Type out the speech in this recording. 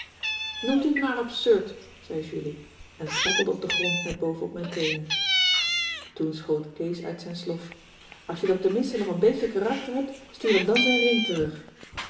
u het maar absurd zei julie en trappelde op den grond net boven op mijn teenen toen schoot kees uit zijn slof als je dan tenminste nog n beetje karakter hebt stuur hem dan zijn ring terug